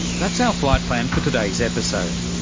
that's our flight plan for today's episode.